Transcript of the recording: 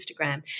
Instagram